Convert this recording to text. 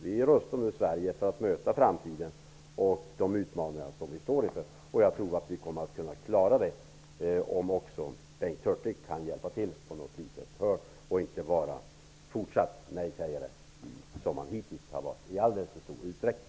Vi är rustade i Sverige för att möta framtiden och de utmaningar som vi står inför. Jag tror att vi kommer att kunna klara det om också Bengt Hurtig kan hjälpa till på ett litet hörn i stället för att fortsätta att vara en nejsägare, vilket han hittills har varit i alldeles för stor utsträckning.